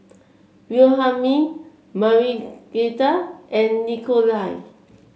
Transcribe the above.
Wilhelmine Marietta and Nikolai